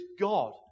God